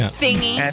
thingy